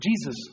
Jesus